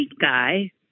guy